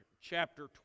chapter